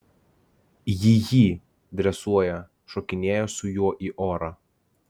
ji jį dresuoja šokinėja su juo į orą